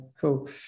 cool